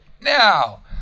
now